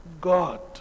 God